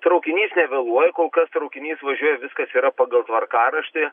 traukinys nevėluoja kol kas traukinys važiuoja viskas yra pagal tvarkaraštį